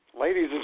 Ladies